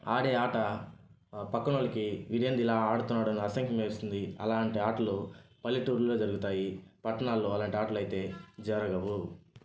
ఆడే ఆట పక్కన వాళ్ళకి ఇదేంది ఇలా ఆడుతున్నాడని అసహ్యం వేస్తుంది అలాంటి ఆటలు పల్లెటూరుల్లో జరుగుతాయి పట్టణాల్లో అలాంటి ఆటలు అయితే జరగవు